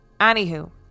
Anywho